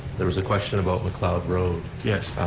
there was a question about macleod road. yes.